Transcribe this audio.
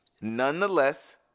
Nonetheless